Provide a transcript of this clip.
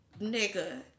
nigga